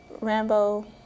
Rambo